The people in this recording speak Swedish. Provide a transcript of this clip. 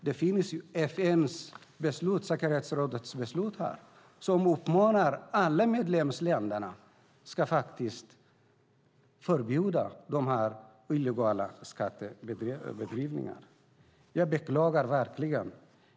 I FN:s rapport uppmanar man alla medlemsländer att förbjuda de illegala skatteindrivningarna.